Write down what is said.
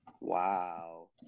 Wow